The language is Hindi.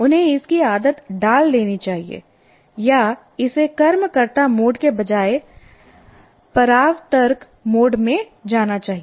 उन्हें इसकी आदत डाल लेनी चाहिए या इसे कर्मकर्त्ता मोड के बजाय परावर्तक मोड में जाना चाहिए